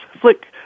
flick